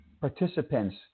participants